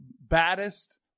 baddest